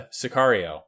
Sicario